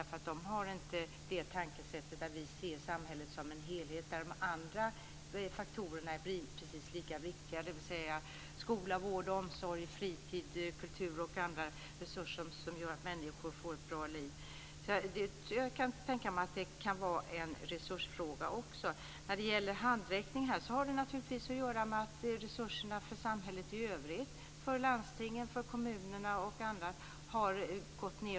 Man har där inte inställningen att se samhället som en helhet med andra faktorer som är precis lika viktiga, som skola, vård, omsorg, fritid, kultur och annat som gör att människor får ett bra liv. Jag kan alltså tänka mig att det också är en resursfråga. Handräckningsuppgifterna har naturligtvis att göra med resurserna i samhället i övrigt, inom landstingen, inom kommunerna osv.